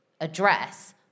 address